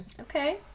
okay